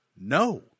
No